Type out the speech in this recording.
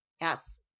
Yes